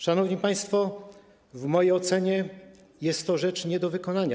Szanowni państwo, w mojej ocenie jest to rzecz nie do wykonania.